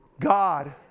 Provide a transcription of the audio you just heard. God